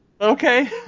Okay